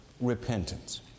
repentance